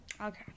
Okay